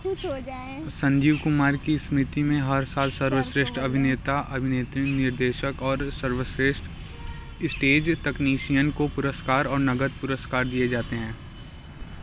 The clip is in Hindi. संजीव कुमार की स्मृति में हर साल सर्वश्रेष्ठ अभिनेता अभिनेत्री निर्देशक और सर्वश्रेष्ठ स्टेज तकनीशियन को पुरस्कार और नगद पुरस्कार दिए जाते हैं